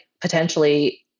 potentially